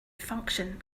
function